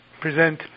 present